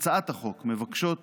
מבקשות